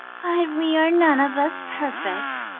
we are none of us perfect.